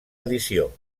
edició